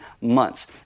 months